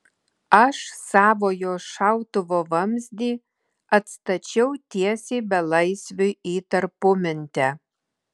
aš savojo šautuvo vamzdį atstačiau tiesiai belaisviui į tarpumentę